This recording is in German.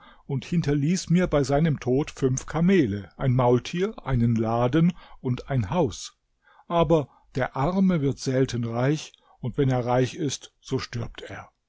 und hinterließ mir bei seinem tod fünf kamele ein maultier einen laden und ein haus aber der arme wird selten reich und wenn er reich ist so stirbt er